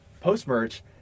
post-merge